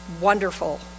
wonderful